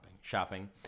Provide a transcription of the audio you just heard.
shopping